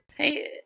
Hey